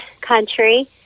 country